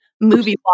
movie